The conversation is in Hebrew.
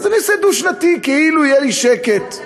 אז אעשה דו-שנתי, כאילו, יהיה לי שקט.